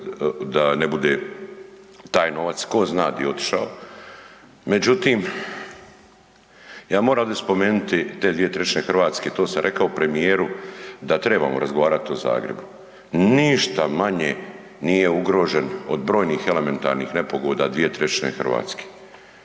da ne bude taj novac tko zna di otišao, međutim ja moram ovdje spomenuti te 2/3 Hrvatske. To sam rekao premijeru da trebamo razgovarati o Zagrebu. Ništa manje nije ugrožen od brojnih elementarnih nepogoda 2/3 Hrvatske.